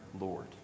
Lord